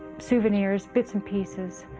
souvenirs bits and pieces